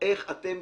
איך אתם,